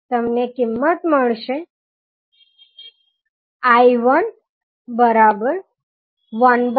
capacitor 3s બનશે અને inductor s બનશે